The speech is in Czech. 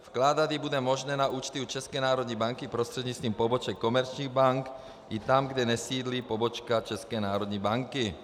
Vkládat ji bude možné na účty u České národní banky prostřednictvím poboček komerčních bank i tam, kde nesídlí pobočka České národní banky.